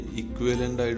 equivalent